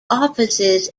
offices